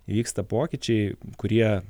vyksta pokyčiai kurie